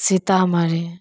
Sitamarhi